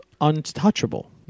untouchable